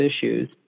issues